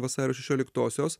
vasario šešioliktosios